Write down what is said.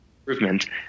improvement